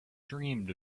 dreamed